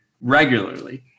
regularly